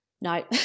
no